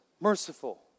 merciful